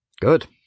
Good